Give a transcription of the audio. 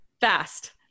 Fast